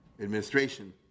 administration